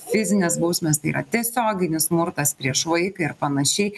fizinės bausmės tai yra tiesioginis smurtas prieš vaiką ir panašiai